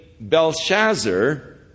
Belshazzar